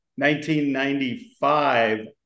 1995